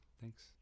Thanks